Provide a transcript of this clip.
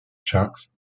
sharks